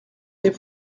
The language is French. des